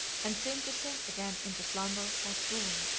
and seemed to sink again into slumber or swoon.